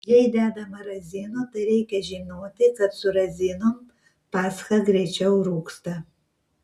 jei dedama razinų tai reikia žinoti kad su razinom pascha greičiau rūgsta